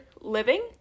living